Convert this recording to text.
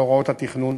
אלה הוראות התכנון,